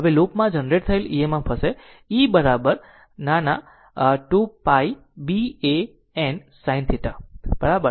હવે લૂપમાં જનરેટ થયેલ EMF હશે ઇ બરાબર નાના અને આ નાના નાના બરાબર 2 π B A n sin θ બરાબર